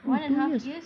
!wah! two years